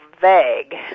vague